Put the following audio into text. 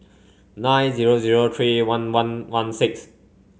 nine zero zero three one one one six